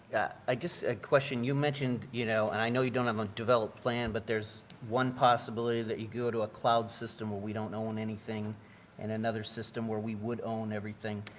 i guess a question. you mentioned, you know, and i know you don't have a developed plan but there's one possibility that you go to a cloud system where we don't know on anything and another system where we would own everything